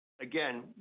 Again